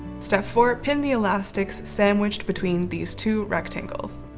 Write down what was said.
step four. pin the elastics sandwiched between these two rectangles.